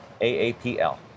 AAPL